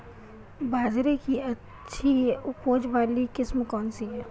बाजरे की अच्छी उपज वाली किस्म कौनसी है?